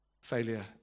failure